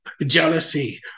jealousy